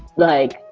like,